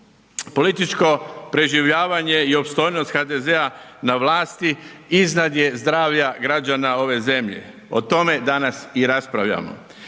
Političko preživljavanje i opstojnost HDZ-a na vlasti iznad je zdravlja građana ove zemlje. O tome danas i raspravljamo.